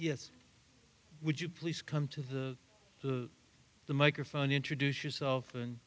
yes would you please come to the the microphone introduce yourself and